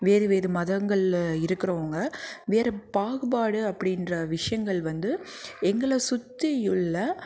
வேறு வேறு மதங்கள்ல இருக்கிறவங்க வேற பாகுபாடு அப்படின்ற விஷயங்கள் வந்து எங்களை சுற்றியுள்ள